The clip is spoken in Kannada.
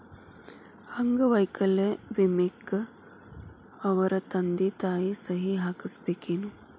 ಅಂಗ ವೈಕಲ್ಯ ವಿಮೆಕ್ಕ ಅವರ ತಂದಿ ತಾಯಿ ಸಹಿ ಹಾಕಸ್ಬೇಕೇನು?